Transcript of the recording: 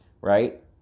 right